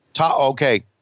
Okay